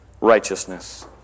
righteousness